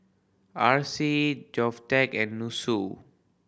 R C GovTech and NUSSU